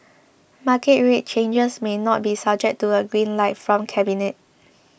market rate changes may not be subject to a green light from cabinet